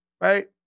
right